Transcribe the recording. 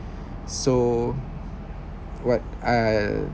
so what uh